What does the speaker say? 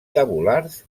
tabulars